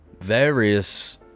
various